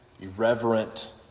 irreverent